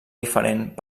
diferent